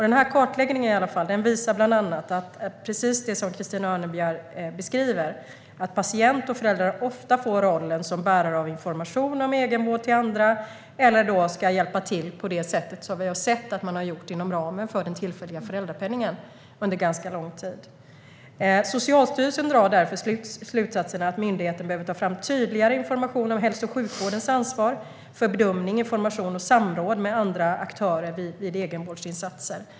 Den här kartläggningen visar bland annat precis det som Christina Örnebjär beskriver, att patient och föräldrar ofta får rollen som bärare av information om egenvård till andra eller måste hjälpa till på det sätt som vi har sett att man gjort inom ramen för den tillfälliga föräldrapenningen under ganska lång tid. Socialstyrelsen drar därför slutsatsen att myndigheten behöver ta fram tydligare information om hälso och sjukvårdens ansvar för bedömning, information och samråd med andra aktörer vid egenvårdsinsatser.